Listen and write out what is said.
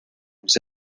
nous